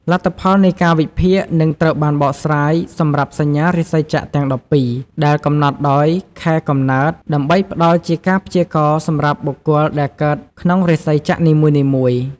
លទ្ធផលនៃការវិភាគនឹងត្រូវបានបកស្រាយសម្រាប់សញ្ញារាសីចក្រទាំង១២ ដែលកំណត់ដោយខែកំណើត ដើម្បីផ្តល់ជាការព្យាករណ៍សម្រាប់បុគ្គលដែលកើតក្នុងរាសីចក្រនីមួយៗ។